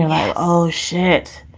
oh, shit.